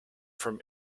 from